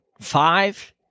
five